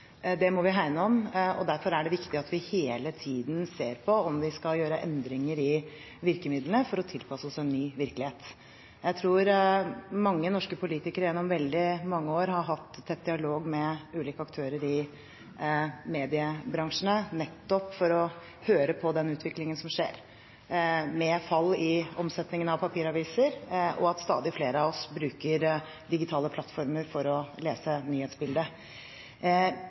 Det må vi hegne om, og derfor er det viktig at vi hele tiden ser på om vi skal gjøre endringer i virkemidlene for å tilpasse oss en ny virkelighet. Jeg tror mange norske politikere gjennom veldig mange år har hatt tett dialog med ulike aktører i mediebransjen nettopp for å følge med på den utviklingen som skjer med fall i omsetningen av papiraviser, og at stadig flere av oss bruker digitale plattformer for å lese nyhetsbildet.